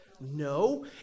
No